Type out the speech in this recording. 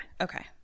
Okay